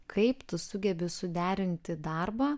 kaip tu sugebi suderinti darbą